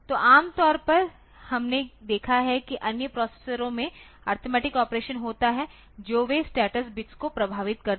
तो आम तौर पर हमने देखा है कि अन्य प्रोसेसरों में अरिथमेटिक ऑपरेशन होता है जो वे स्टेटस बिट्स को प्रभावित करते हैं